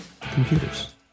computers